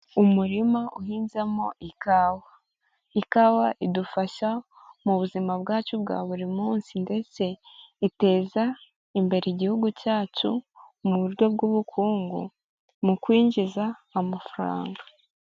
Umurima uhinzemo ikawa, ikawa idufasha mu buzima bwacu bwa buri munsi ndetse iteza imbere igihugu cyacu mu buryo bw'ubukungu mu kwinjiza amafaranga.